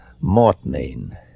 Mortmain